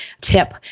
tip